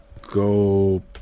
go